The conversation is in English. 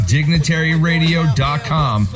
DignitaryRadio.com